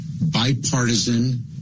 Bipartisan